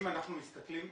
אם אנחנו מסתכלים,